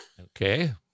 Okay